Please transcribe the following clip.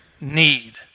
need